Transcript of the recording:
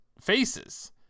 faces